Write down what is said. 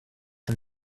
and